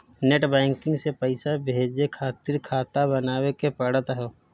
net banking से पईसा भेजे खातिर खाता बानवे के पड़त हअ